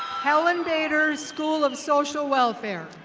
helen bader's school of social welfare.